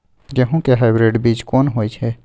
गेहूं के हाइब्रिड बीज कोन होय है?